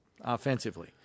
offensively